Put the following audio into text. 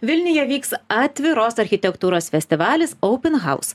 vilniuje vyks atviros architektūros festivalis open house